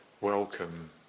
Welcome